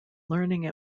learning